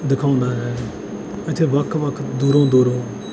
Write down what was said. ਦਿਖਾਉਂਦਾ ਹੈ ਇੱਥੇ ਵੱਖ ਵੱਖ ਦੂਰੋਂ ਦੂਰੋਂ